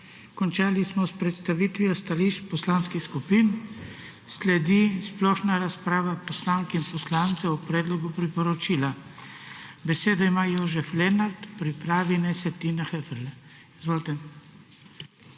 Končali smo s predstavitvijo stališč poslanskih skupin. Sledi splošna razprava poslank in poslancev o predlogu priporočila. Besedo ima Jožef Lenart, pripravi naj se Tina Heferle. Izvolite.